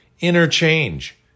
Interchange